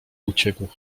uciekł